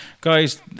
guys